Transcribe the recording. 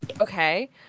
Okay